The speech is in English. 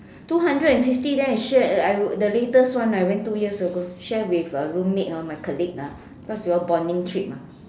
two hundred and fifty then I share uh I the latest one I went two years ago share with a roommate ah my colleague ah cause we all bonding trip ah